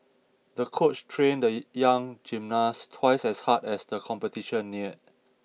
the coach trained the young gymnast twice as hard as the competition neared